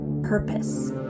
Purpose